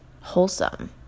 wholesome